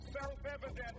self-evident